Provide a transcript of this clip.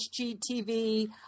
HGTV